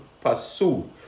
pursue